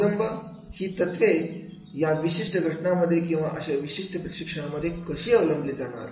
अवलंब ही तत्वे या विशिष्ट घटनेमध्ये किंवा अशा विशिष्ट प्रशिक्षण कार्यक्रमांमध्ये कशी अवलंबली जाणार